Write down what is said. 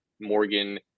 morgan